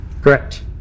Correct